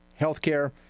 healthcare